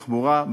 בתחבורה,